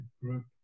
group